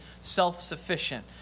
self-sufficient